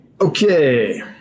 Okay